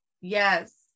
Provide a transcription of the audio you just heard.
Yes